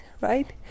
right